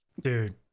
dude